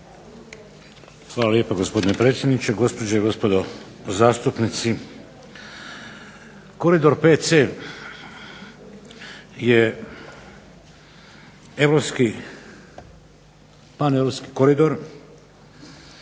Hvala lijepa, gospodine predsjedniče. Gospođe i gospodo zastupnici. Koridor 5C je europski, paneuropski koridor,